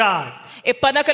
God